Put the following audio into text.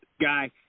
guy